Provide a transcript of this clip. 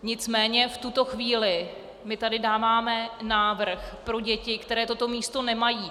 Nicméně v tuto chvíli tady dáváme návrh pro děti, které toto místo nemají.